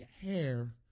hair